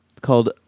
called